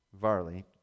Varley